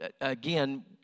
again